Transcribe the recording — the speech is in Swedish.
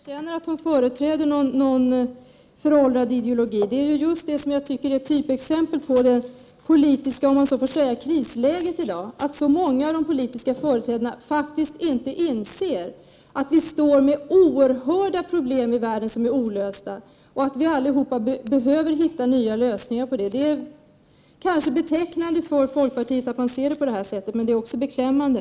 Herr talman! Det är synd att Maria Leissner inte känner att hon företräder en föråldrad ideologi. Det är just ett typexempel på det politiska krisläget i dag, dvs. att så många av de politiska företrädarna inte inser att det finns oerhörda problem i världen som är olösta och att vi alla behöver hitta nya lösningar på dem. Det kanske är betecknande för folkpartiet att se det på detta sätt, men det är också beklämmande.